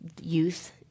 youth